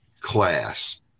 class